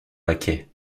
laquais